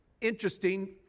interesting